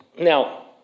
Now